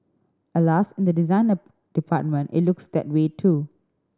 alas in the designer department it looks that way too